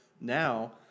now